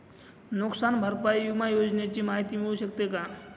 नुकसान भरपाई विमा योजनेची माहिती मिळू शकते का?